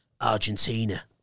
Argentina